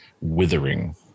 Withering